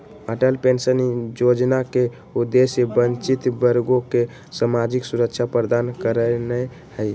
Atal pension जोजना के उद्देश्य वंचित वर्गों के सामाजिक सुरक्षा प्रदान करनाइ हइ